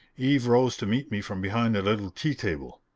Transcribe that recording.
eve rose to meet me from behind a little tea-table.